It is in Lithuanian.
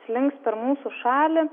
slinks per mūsų šalį